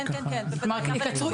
כן, כן.